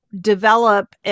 develop